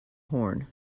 horn